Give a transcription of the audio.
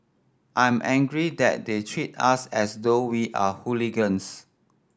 I'm angry that they treat us as though we are hooligans